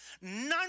None